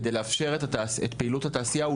כדי לאפשר את פעילות התעשייה,